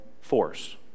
force